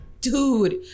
dude